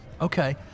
Okay